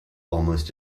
almost